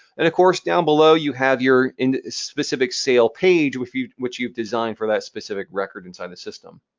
and of course down below, you have your and specific sail page, which you've which you've designed for that specific record inside the system.